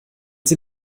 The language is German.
sie